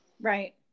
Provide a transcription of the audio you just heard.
Right